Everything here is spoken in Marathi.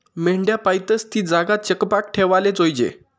मेंढ्या पायतस ती जागा चकपाक ठेवाले जोयजे